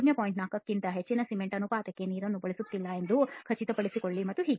4 ಕ್ಕಿಂತ ಹೆಚ್ಚಿನ ಸಿಮೆಂಟ್ ಅನುಪಾತಕ್ಕೆ ನೀರನ್ನು ಬಳಸುತ್ತಿಲ್ಲ ಎಂದು ಖಚಿತಪಡಿಸಿಕೊಳ್ಳಿ ಮತ್ತು ಹೀಗೆ